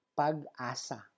pag-asa